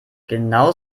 genau